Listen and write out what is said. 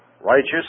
righteous